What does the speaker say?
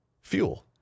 fuel